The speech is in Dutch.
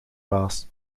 baas